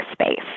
space